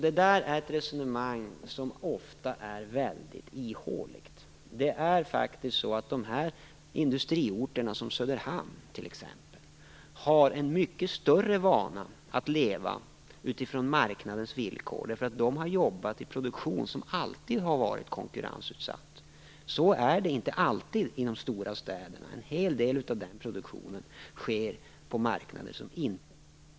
Detta resonemang är ofta väldigt ihåligt. Det är faktiskt så att industriorter som t.ex. Söderhamn har en mycket större vana att leva utifrån marknadens villkor. De har jobbat i produktion som alltid har varit konkurrensutsatt. Så är det inte alltid i de stora städerna. En hel del av den produktionen sker på marknader som inte är konkurrensutsatta.